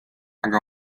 aga